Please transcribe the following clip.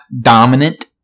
dominant